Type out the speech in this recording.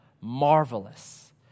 marvelous